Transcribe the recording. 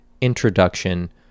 introduction